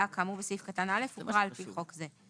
כאמור בסעיף קטן (א) הוכרה על פי חוק זה.